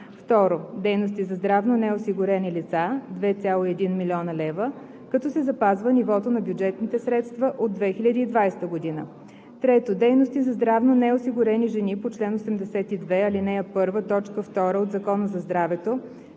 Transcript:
г. 2. дейности за здравно неосигурени лица 2,1 млн. лв., като се запазва нивото на бюджетните средства от 2020 г. 3. дейности за здравно неосигурени жени по чл. 82, ал. 1, т. 2 от Закона за здравето